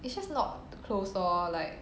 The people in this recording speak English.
it's just not close lor like